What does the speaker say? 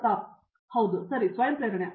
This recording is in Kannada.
ಪ್ರತಾಪ್ ಹರಿದಾಸ್ ಸರಿ ಸ್ವಯಂ ಪ್ರೇರಣೆ